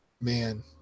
man